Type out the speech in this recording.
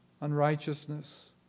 unrighteousness